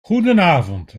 goedenavond